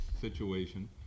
situation